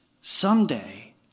Someday